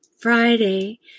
Friday